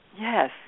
Yes